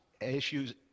issues